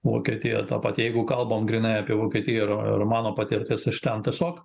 vokietija ta pati jeigu kalbam grynai apie vokietiją ir ir mano patirtis iš ten tiesiog